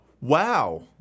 wow